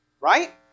Right